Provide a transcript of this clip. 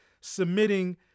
submitting